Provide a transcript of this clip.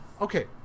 Okay